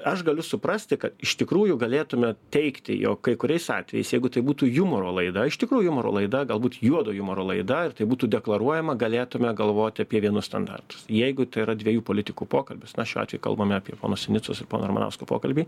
aš galiu suprasti kad iš tikrųjų galėtume teigti jog kai kuriais atvejais jeigu tai būtų jumoro laida iš tikrųjų jumoro laida galbūt juodojo jumoro laida ir tai būtų deklaruojama galėtume galvoti apie vienus standartus jeigu tai yra dviejų politikų pokalbis na šiuo atveju kalbame apie pono sinicos ir pono ramanausko pokalbį